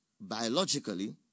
biologically